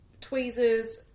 tweezers